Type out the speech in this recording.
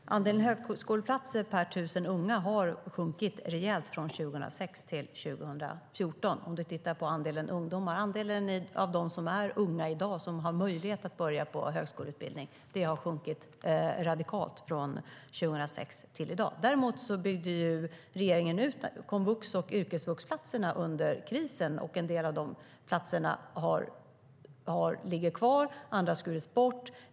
Fru talman! Andelen högskoleplatser per 1 000 unga har sjunkit rejält från 2006 till 2014, om du tittar på andelen ungdomar. Andelen av dem som är unga i dag och som har möjlighet att börja på en högskoleutbildning har sjunkit radikalt från 2006 till i dag. Däremot byggde regeringen ut komvux och yrkesvuxplatserna under krisen, och en del av de platserna ligger kvar. Andra har skurits bort.